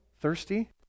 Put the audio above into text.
thirsty